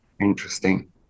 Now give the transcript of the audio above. Interesting